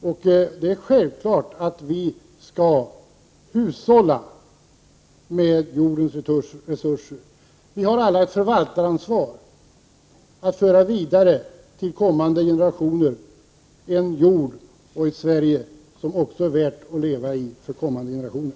Det är självklart att vi skall hushålla med jordens resurser. Vi har alla ett förvaltaransvar, ett ansvar att till kommande generationer föra vidare en jord och ett Sverige som är värt att leva i också för kommande generationer.